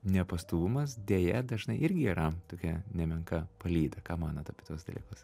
nepastovumas deja dažnai irgi yra tokia nemenka palyda ką manot apie tuos dalykus